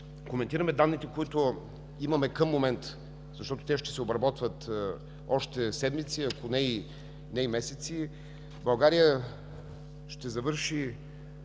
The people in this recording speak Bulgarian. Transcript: коментираме данните, които имаме към момента, защото те ще се обработват още седмици, ако не и месеци, България ще завърши